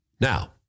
Now